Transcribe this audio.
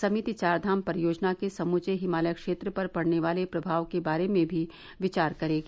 समिति चार धाम परियोजना के समूचे हिमालय क्षेत्र पर पड़ने वाले प्रभाव के बारे में भी विचार करेगी